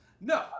no